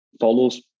follows